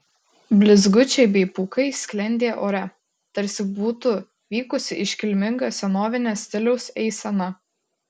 blizgučiai bei pūkai sklendė ore tarsi būtų vykusi iškilminga senovinio stiliaus eisena